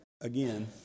again